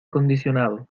acondicionado